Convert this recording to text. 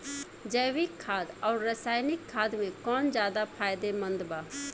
जैविक खाद आउर रसायनिक खाद मे कौन ज्यादा फायदेमंद बा?